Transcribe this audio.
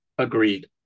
Agreed